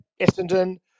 Essendon